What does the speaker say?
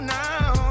now